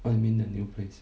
what you mean the new place